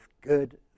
good